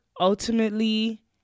ultimately